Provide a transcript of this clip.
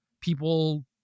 people